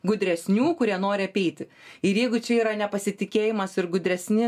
gudresnių kurie nori apeiti ir jeigu čia yra nepasitikėjimas ir gudresni